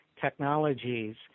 technologies